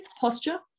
posture